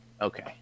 Okay